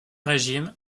régime